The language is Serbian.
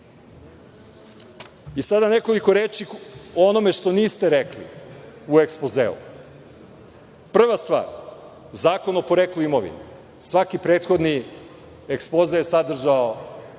nekoliko reči o onome što niste rekli u ekspozeu. Prva stvar Zakon o poreklu imovine. Svaki prethodni ekspoze je sadržao